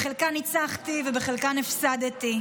בחלקם ניצחתי ובחלקם הפסדתי.